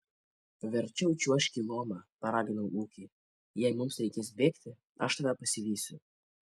verčiau čiuožk į lomą paraginau ūkį jei mums reikės bėgti aš tave pasivysiu